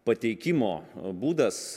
pateikimo būdas